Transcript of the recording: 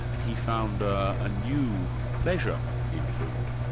he found a new pleasure in food.